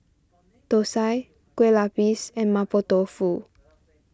Thosai Kueh Lupis and Mapo Tofu